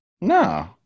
No